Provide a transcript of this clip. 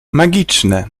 magiczne